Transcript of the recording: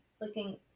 looking